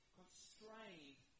constrained